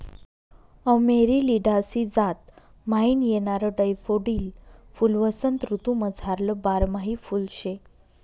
Amaryllidaceae जात म्हाईन येणारं डैफोडील फुल्वसंत ऋतूमझारलं बारमाही फुल शे